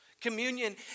Communion